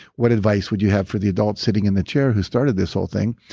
what advice would you have for the adult sitting in the chair who started this whole thing?